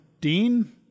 Dean